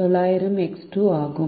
900 x 2 ஆகும்